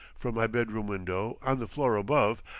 from my bedroom window, on the floor above,